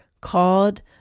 called